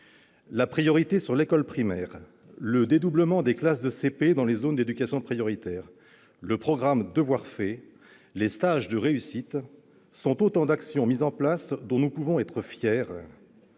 La priorité sur l'école primaire, le dédoublement des classes de cours préparatoire dans les zones d'éducation prioritaire, le programme « Devoirs faits », les stages de réussite sont autant d'actions mises en place, dont nous pouvons être fiers.